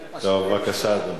בבקשה, אדוני.